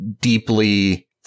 deeply